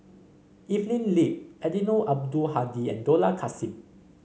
Evelyn Lip Eddino Abdul Hadi and Dollah Kassim